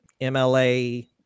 mla